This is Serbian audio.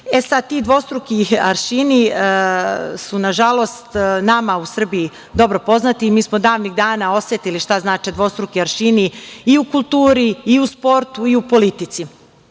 E, sada ti dvostruki aršini su nažalost nama u Srbiji dobro poznati. Mi smo davnih dana osetili šta znače dvostruki aršini i u kulturi i u sportu i u politici. Mislim